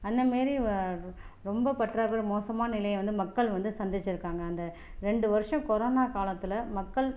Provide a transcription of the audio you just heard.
அந்த மாதிரி ரொம்ப பற்றாக்குறை மோசமான நிலையை வந்து மக்கள் வந்து சந்திச்சுருக்காங்க அந்த ரெண்டு வருஷம் கொரோனா காலத்தில் மக்கள்